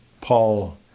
Paul